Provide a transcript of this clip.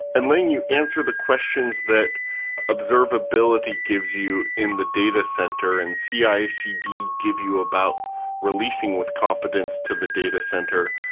and laying you answer the questions that observability gives you in the data center and ah cicd give you about releasing with confidence to the data center,